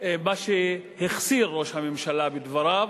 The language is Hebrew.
מה שהחסיר ראש הממשלה בדבריו,